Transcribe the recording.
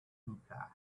hookah